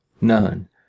None